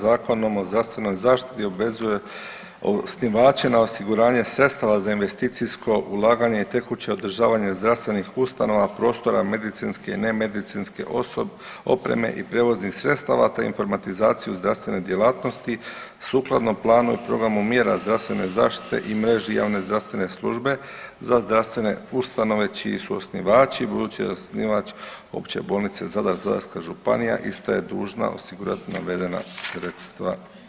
Zakonom o zdravstvenoj zaštiti obvezuje osnivače na osiguranje sredstava za investicijsko ulaganje i tekuće održavanje zdravstvenih ustanova prostora medicinske i nemedicinske opreme i prijevoznih sredstava te informatizaciju zdravstvene djelatnosti sukladno planu i programu mjera zdravstvene zaštite i mreži javne zdravstvene službe za zdravstvene ustanove čiji su osnivači budući da je osnivač Opće bolnice Zadar Zadarska županija ista je dužna osigurati navedena sredstva.